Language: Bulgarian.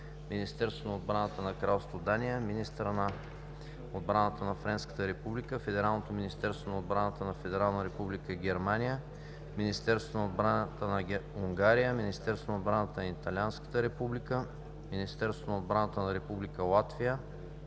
Министерството на отбраната на Кралство Дания, министъра на отбрана на Френската република, Федералното министерство на отбраната на Федерална република Германия, Министерството на отбраната на Унгария, Министерството на отбраната на Италианската република, Министерството на отбраната на Република Латвия,